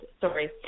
sorry